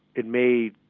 it may